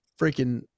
freaking